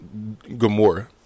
Gamora